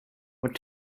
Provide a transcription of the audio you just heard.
what